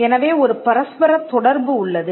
எனவே ஒரு பரஸ்பரத் தொடர்பு உள்ளது